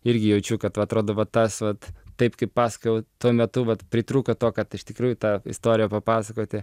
irgi jaučiu kad vat atrodo va tas vat taip kaip pasakojau tuo metu vat pritrūko to kad iš tikrųjų tą istoriją papasakoti